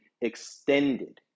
extended